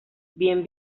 bien